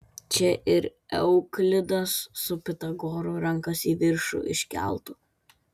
čia ir euklidas su pitagoru rankas į viršų iškeltų